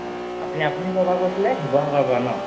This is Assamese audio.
অঁ আপুনি আপুনি ক'ৰ পা কৈছিলে শিৱসাগৰ পৰা ন'